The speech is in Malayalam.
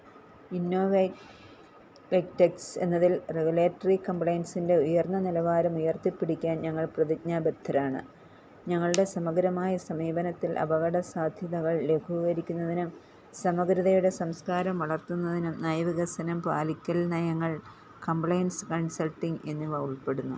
ഇന്നോവ ടെടെക്ക്സ് എന്നതിൽ റെഗുലേറ്ററി കംപ്ലയൻസിൻ്റെ ഉയർന്ന നിലവാരം ഉയർത്തിപ്പിടിക്കാൻ ഞങ്ങൾ പ്രതിജ്ഞാബദ്ധരാണ് ഞങ്ങളുടെ സമഗ്രമായ സമീപനത്തിൽ അപകടസാദ്ധ്യതകൾ ലഘൂകരിക്കുന്നതിനും സമഗ്രതയുടെ സംസ്കാരം വളർത്തുന്നതിനും നയ വികസനം പാലിക്കൽ നയങ്ങൾ കംപ്ലയൻസ് കൺസൾട്ടിംഗ് എന്നിവ ഉൾപ്പെടുന്നു